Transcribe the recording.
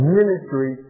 ministry